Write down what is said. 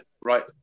right